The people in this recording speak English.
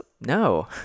No